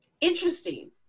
Interesting